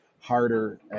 harder